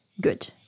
Good